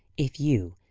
if you,